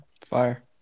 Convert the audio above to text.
Fire